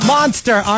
Monster